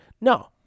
No